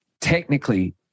technically